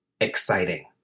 exciting